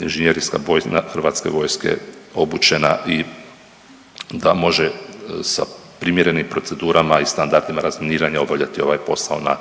inženjerijska .../Govornik se ne razumije./... Hrvatske vojske obučena i da može sa primjerenim procedurama i standardima razminiranja obavljati ovaj posao na